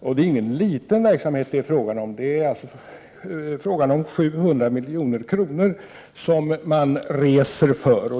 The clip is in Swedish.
Det är ingen liten verksamhet, utan det är fråga om resor för 700 milj.kr.